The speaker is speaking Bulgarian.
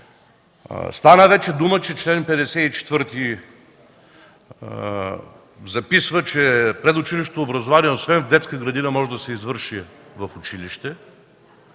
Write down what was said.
Стана дума, че чл. 54 записва, че предучилищното образование, освен детска градина, може да се извърши в училище.